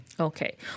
Okay